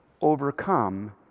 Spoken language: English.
overcome